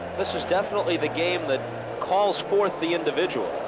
this was definitely the game that calls forth the individual.